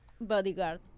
bodyguard